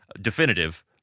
definitive